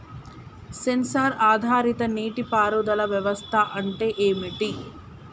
Censor ఆధారిత నీటి పారుదల వ్యవస్థ అంటే ఏమిటి?